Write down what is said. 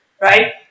right